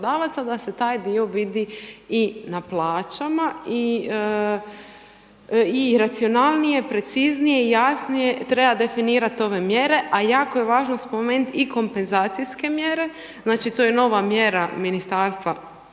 da se taj dio vidi i na plaćama i racionalnije, preciznije, jasnije treba definirati ove mjere a jako je važno spomenuti i kompenzacijske mjere. Znači to je nova mjera Ministarstva